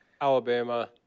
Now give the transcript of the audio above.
Alabama